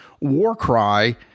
Warcry